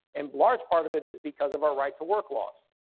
and large part of it is because of our right-to-work laws.